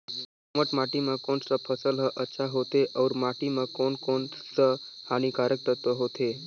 दोमट माटी मां कोन सा फसल ह अच्छा होथे अउर माटी म कोन कोन स हानिकारक तत्व होथे?